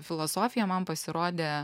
filosofija man pasirodė